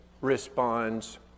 responds